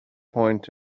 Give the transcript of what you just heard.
point